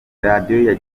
yagiye